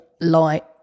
light